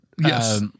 Yes